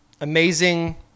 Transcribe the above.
amazing